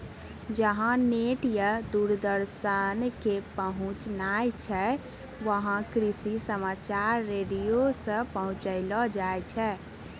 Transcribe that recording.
जहां नेट या दूरदर्शन के पहुंच नाय छै वहां कृषि समाचार रेडियो सॅ पहुंचैलो जाय छै